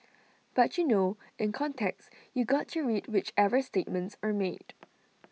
but you know in context you got to read whichever statements are made